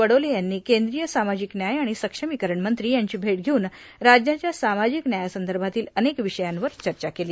वडोले यांनी केंद्रीय सामाजिक न्याय आणि सक्षमीकरण मंत्री यांची मेट षेऊन राज्याच्या सामाजिक न्यायासंदर्भातील अनेक विषयांवर चर्चा केली